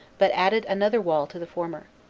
but added another wall to the former.